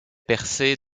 percée